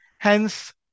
Hence